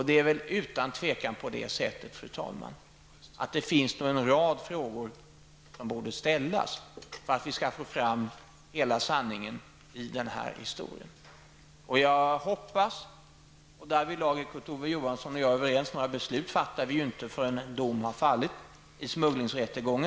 Det är utan tvivel så, fru talman, att det finns en rad frågor som borde ställas för att vi skall få fram hela sanningen i denna historia. Jag hoppas att därvidlag är Kurt Ove Johansson överens med mig. Några beslut fattar vi inte förrän dom fallit i buggningsrättegången.